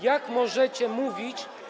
Jak możecie mówić.